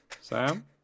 sam